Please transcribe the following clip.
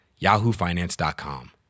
yahoofinance.com